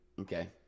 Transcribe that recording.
Okay